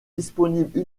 disponible